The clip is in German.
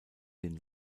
den